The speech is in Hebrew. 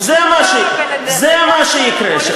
זה מה שיקרה.